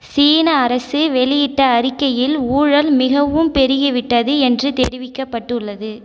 சீன அரசு வெளியிட்ட அறிக்கையில் ஊழல் மிகவும் பெருகிவிட்டது என்று தெரிவிக்கப்பட்டுள்ளது